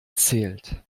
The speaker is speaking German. zählt